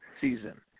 season